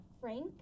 frank